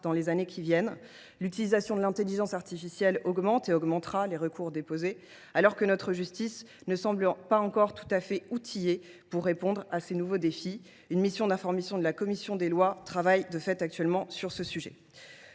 dans les années qui viennent. L’utilisation de l’intelligence artificielle augmente et augmentera les recours déposés, alors que notre justice ne semble pas encore tout à fait outillée pour répondre à ce nouveau défi ; une mission d’information de la commission des lois travaille actuellement sur ce sujet.